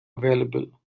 available